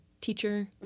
teacher